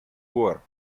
war